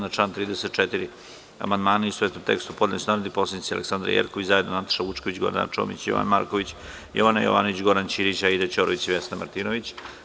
Na član 33. amandmane u istovetnom tekstu podneli su narodni poslanici Aleksandra Jerkov, zajedno Nataša Vučković, Gordana Čomić, Jovan Marković, Jovana Jovanović, Goran Ćirić, Aida Ćorović i Vesna Martinović.